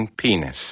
penis